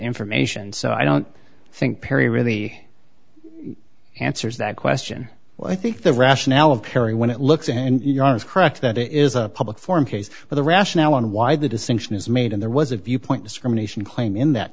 information so i don't think perry really answers that question well i think the rationale of kerry when it looks and you are is correct that there is a public forum case for the rationale on why the distinction is made and there was a viewpoint discrimination claim in that